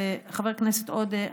וחבר הכנסת עודה,